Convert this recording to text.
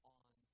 on